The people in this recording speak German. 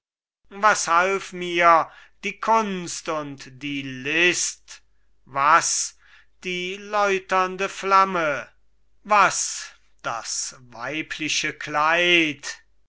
was half mir die kunst und die list was die läuternde flamme was das weibliche kleid